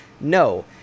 No